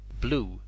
BLUE